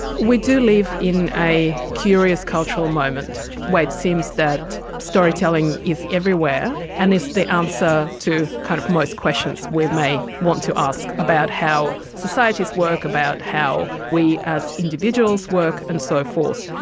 we do live in a curious cultural moment where it seems that storytelling is everywhere and is the answer to kind of most questions we may want to ask about how societies work, about how we as individuals work and so forth.